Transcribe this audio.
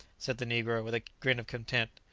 said the negro, with a grin of contempt.